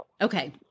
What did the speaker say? Okay